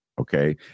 okay